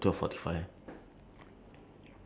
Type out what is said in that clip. ya but your the transport is like